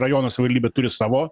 rajono savivaldybė turi savo